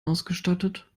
ausgestattet